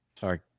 Sorry